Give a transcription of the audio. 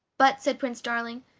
but, said prince darling,